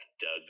Doug